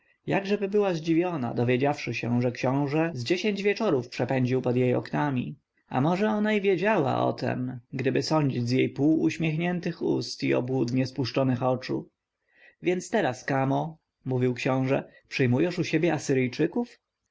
się jakżeby była zdziwiona dowiedziawszy się że książę z dziesięć wieczorów przepędził pod jej oknami a może ona i wiedziała o tem gdyby sądzić z jej półuśmiechniętych ust i obłudnie spuszczonych oczu więc teraz kamo mówił książę przyjmujesz u siebie asyryjczyków